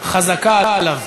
חזקה עליו